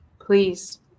please